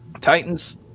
Titans